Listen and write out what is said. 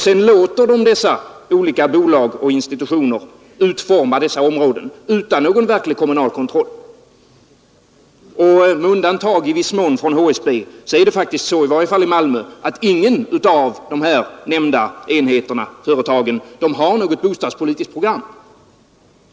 Sedan får dessa olika bolag och institutioner utforma områdena utan någon verklig kommunal kontroll. Med undantag i viss mån för HSB är det faktiskt så, i varje fall i Malmö, att inget av de nämnda företagen har något bostadspolitiskt program.